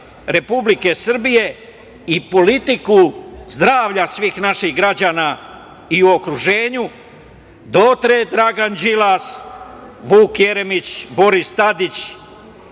Republike Srbije i politiku zdravlja svih naših građana, i u okruženju, Dragan Đilas, Boris Tadić,